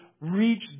reach